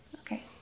Okay